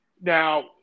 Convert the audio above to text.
Now